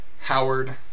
Howard